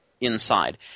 inside